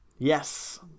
Yes